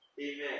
Amen